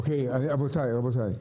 רבותיי.